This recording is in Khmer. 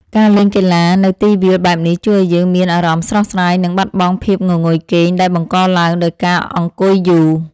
ការលេងកីឡានៅទីវាលបែបនេះជួយឱ្យយើងមានអារម្មណ៍ស្រស់ស្រាយ និងបាត់បង់ភាពងងុយគេងដែលបង្កឡើងដោយការអង្គុយយូរ។